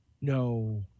No